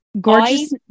gorgeous